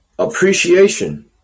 Appreciation